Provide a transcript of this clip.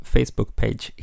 Facebook-page